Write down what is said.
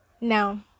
now